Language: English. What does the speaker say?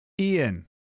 Ian